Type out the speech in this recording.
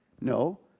No